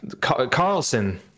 Carlson